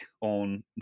on